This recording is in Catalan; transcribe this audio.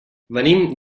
venim